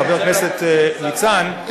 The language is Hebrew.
לחבר הכנסת ניצן,